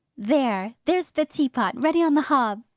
there! there's the teapot, ready on the hob!